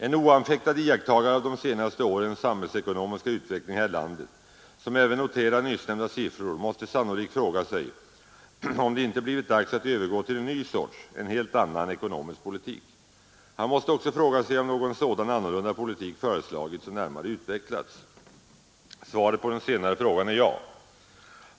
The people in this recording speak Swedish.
En oanfäktad iakttagare av de senaste årens samhällsekonomiska utveckling här i landet som även noterar nyssnämnda siffror måste sannolikt fråga sig om det icke blivit dags att övergå till en ny sorts, en helt annan ekonomisk politik. Han måste också fråga sig om någon sådan annorlunda politik föreslagits och närmare utvecklats. Svaret på den senare frågan är ja.